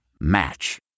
Match